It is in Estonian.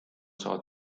saavad